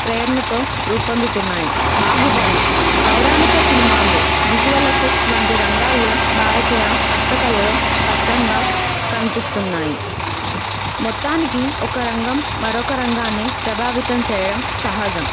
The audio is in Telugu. ప్రేరణతో రూపొందుతున్నాయి బాహుబలి పౌరాణిక సినిమాలు విజువల్ ఎఫెక్ట్స్ వంటి రంగాల్లో భారతీయ హస్తకళలు స్పష్టంగా కనిపిస్తున్నాయి మొత్తానికి ఒక రంగం మరొక రంగాన్ని ప్రభావితం చేయడం సహజం